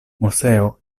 moseo